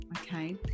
okay